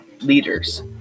leaders